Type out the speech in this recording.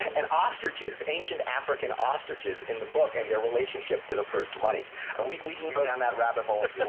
and ostriches ancient african ostriches in the book and their relationship to the first money week. we can go down that rabbit hole if